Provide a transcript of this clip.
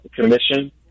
commission